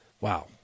Wow